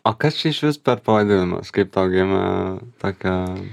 o kas čia išvis per pavadinimas kaip tau gimė tokia